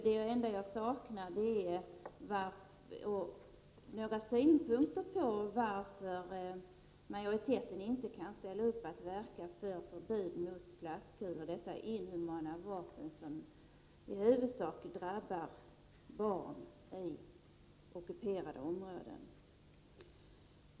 Det enda jag saknar och vill ha synpunkter på är varför majoriteten inte kan ställa upp på att verka för förbud mot plastkulor, dessa inhumana vapen som i huvudsak drabbar barn i ockuperade områden.